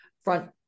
front